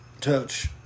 touch